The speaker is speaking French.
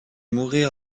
mourir